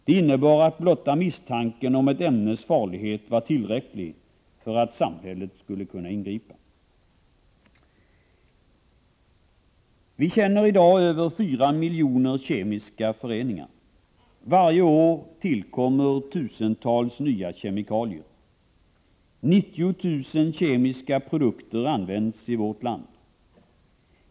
Det innebar att blotta misstanken om ett ämnes farlighet var tillräcklig för att samhället skulle kunna ingripa. Vi känner i dag över fyra miljoner kemiska föreningar. Varje år tillkommer tusentals nya kemikalier. 90 000 kemiska produkter används i vårt land.